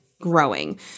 growing